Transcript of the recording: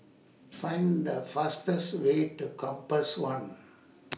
Find The fastest Way to Compass one